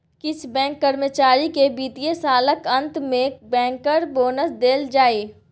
किछ बैंक कर्मचारी केँ बित्तीय सालक अंत मे बैंकर बोनस देल जाइ